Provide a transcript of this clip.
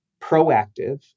proactive